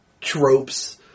tropes